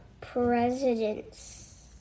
Presidents